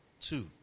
two